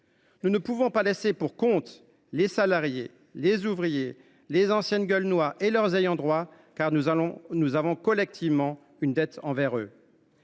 Nous ne pouvons pas abandonner à leur sort les salariés, les ouvriers, les anciennes « gueules noires » et leurs ayants droit, car nous avons collectivement une dette envers eux.